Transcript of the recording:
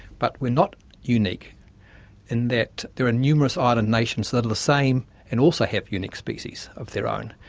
but we're not unique in that there are numerous island nations that are the same and also have unique species of their own.